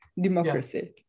democracy